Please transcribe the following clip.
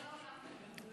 בכל העולם.